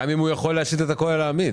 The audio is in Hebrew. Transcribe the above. גם אם הוא יכול להשית את הכול על העמית.